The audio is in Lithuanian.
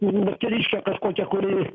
moteriškė kažkokia kuri